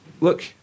Look